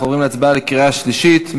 אנחנו עוברים להצבעה בקריאה שלישית.